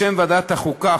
בשם ועדת החוקה,